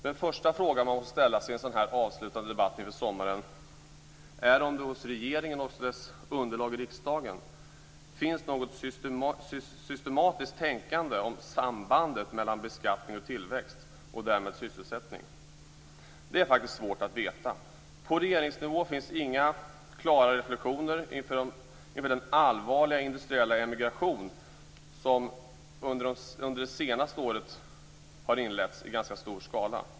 Den första fråga man måste ställa sig i en sådan här avslutande debatt inför sommaren är om det hos regeringen och dess underlag i riksdagen finns något systematiskt tänkande om sambandet mellan beskattning och tillväxt och därmed sysselsättning. Det är faktiskt svårt att veta. På regeringsnivå finns inga klara reflexioner inför den allvarliga industriella emigration som under det senaste året har inletts i ganska stor skala.